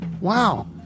wow